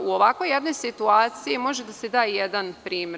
U ovakvoj jednoj situaciji može da se da jedan primer.